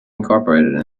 incorporated